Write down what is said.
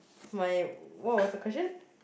my what was the question